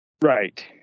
right